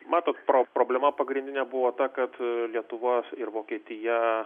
matot pro problema pagrindinė buvo ta kad lietuva ir vokietija